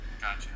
gotcha